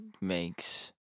makes